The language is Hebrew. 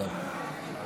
וביוב (תיקון, הקמת